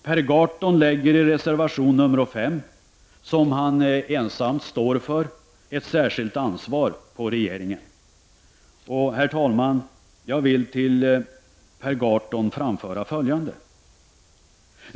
Per Gahrton lägger i reservation nr 5, som han ensam står för, ett särskilt ansvar på regeringen. Herr talman! Jag vill för Per Gahrton anföra följande.